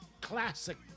Classic